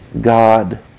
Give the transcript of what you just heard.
God